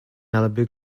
malibu